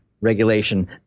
regulation